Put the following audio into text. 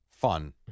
fun